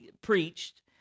preached